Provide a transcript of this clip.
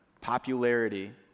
popularity